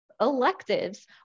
electives